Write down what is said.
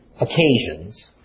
occasions